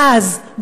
ואז,